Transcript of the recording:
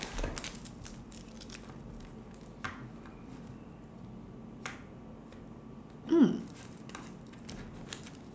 mm